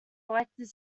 elected